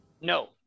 No